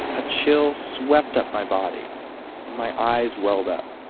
a chill swept up my body and my eyes welled up.